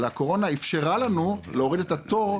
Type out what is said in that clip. אלא הקורונה אפשרה לנו להוריד את התור.